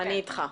אני אתך.